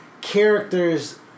Characters